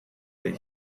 that